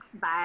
Bye